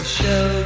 show